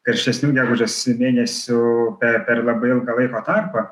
karštesnių gegužės mėnesių per per labai ilgą laiko tarpą